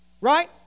Right